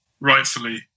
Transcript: rightfully